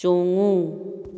ꯆꯣꯡꯎ